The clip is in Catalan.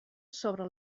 sobre